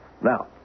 Now